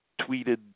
tweeted